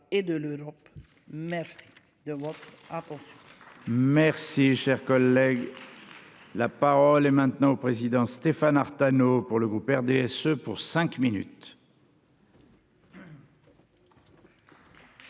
Merci de votre attention.